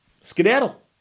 Skedaddle